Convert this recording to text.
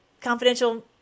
Confidential